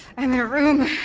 i'm in a room.